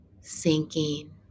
sinking